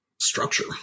structure